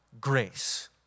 grace